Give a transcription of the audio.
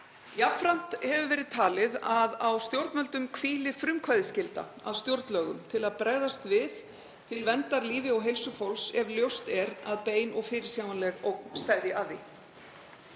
Jafnframt hefur verið talið að á stjórnvöldum hvíli frumkvæðisskylda að stjórnlögum til að bregðast við til verndar lífi og heilsu fólks ef ljóst er að bein og fyrirsjáanleg ógn steðji að því.